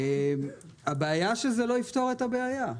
אבל זה לא יפתור את הבעיה.